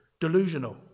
delusional